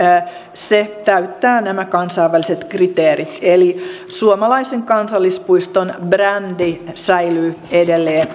se täyttää kansainväliset kriteerit eli suomalaisen kansallispuiston brändi säilyy edelleen